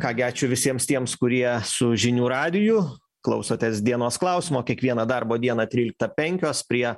ką gi ačiū visiems tiems kurie su žinių radiju klausotės dienos klausimo kiekvieną darbo dieną tryliktą penkios prie